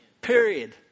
Period